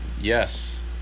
Yes